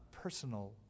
personal